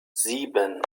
sieben